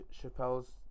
Chappelle's